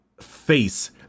face